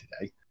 today